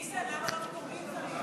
ניסן, למה לא, זרים?